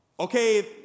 Okay